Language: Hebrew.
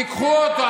תיקחו אותו.